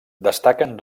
destaquen